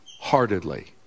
heartedly